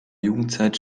jugendzeit